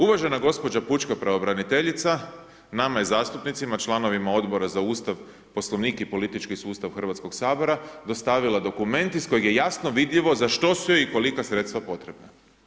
Uvažena gospođa pučka pravobraniteljica nama je zastupnicima članovima Odbora za Ustav, poslovnik i politički sustav Hrvatskog sabora dostavila dokument iz kojeg je jasno vidljivo za što su joj i kolika sredstva potrebna.